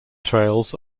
trails